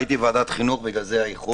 הייתי בוועדת חינוך, בגלל זה האיחור.